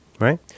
Right